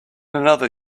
another